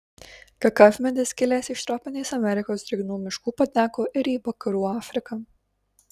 kakavmedis kilęs iš tropinės amerikos drėgnų miškų pateko ir į vakarų afriką